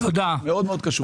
אנחנו מאוד מאוד קשובים.